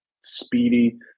Speedy